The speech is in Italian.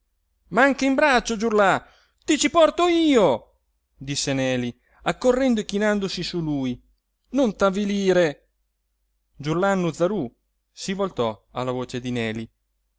ma anche in braccio giurlà ti ci porto io disse neli accorrendo e chinandosi su lui non t'avvilire giurlannu zarú si voltò alla voce di neli